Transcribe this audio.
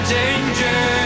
danger